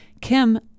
Kim